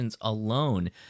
alone